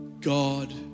God